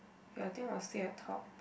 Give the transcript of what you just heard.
ya I think we still at top